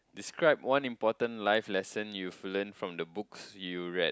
describe one important life lesson you've learn from the books you read